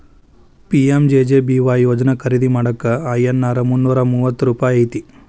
PMJJBY ಯೋಜನಾ ಖರೇದಿ ಮಾಡಾಕ ಐ.ಎನ್.ಆರ್ ಮುನ್ನೂರಾ ಮೂವತ್ತ ರೂಪಾಯಿ ಐತಿ